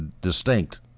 distinct